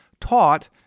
taught